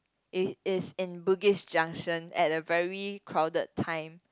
it is in Bugis-Junction at a very crowded time